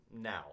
now